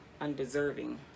undeserving